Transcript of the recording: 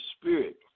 Spirit